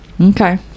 Okay